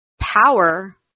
power